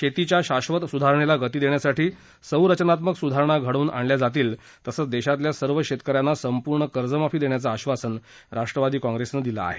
शेतीच्या शाश्वत सुधारणेला गती देण्यासाठी संरचनात्मक सुधारणा घडवून आणल्या जातील तसच देशातल्या सर्व शेतकऱ्यांना संपूर्ण कर्जमाफी देण्याचं आश्वासन राष्ट्रवादी काँग्रेसनं दिलं आहे